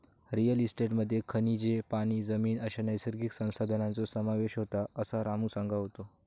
real इस्टेटमध्ये खनिजे, पाणी, जमीन अश्या नैसर्गिक संसाधनांचो समावेश होता, असा रामू सांगा होतो